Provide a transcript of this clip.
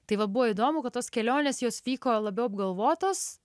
tai va buvo įdomu kad tos kelionės jos vyko labiau apgalvotos